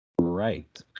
Right